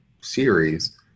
series